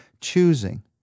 choosing